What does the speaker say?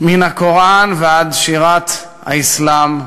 מן הקוראן ועד שירת האסלאם,